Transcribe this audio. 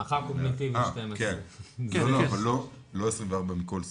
לא 24 מכל סוג,